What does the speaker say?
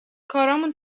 کارامون